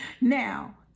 Now